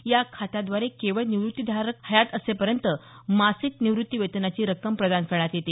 या खात्याद्वारे केवळ निवृत्तीवेतनधारक हयात असेपर्यंत मासिक निवृत्तीवेतनाची रक्कम प्रदान करण्यात येते